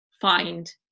find